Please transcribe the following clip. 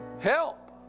Help